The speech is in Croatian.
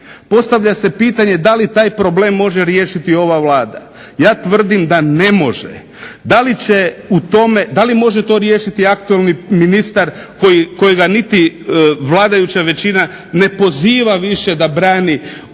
Postavlja se pitanje da li taj problem može riješiti ova Vlada, ja tvrdim da ne može. Da li može to riješiti aktualni ministar kojega niti vladajuća većina ne poziva više da brani ovu